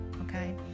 okay